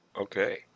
Okay